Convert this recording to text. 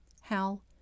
Hal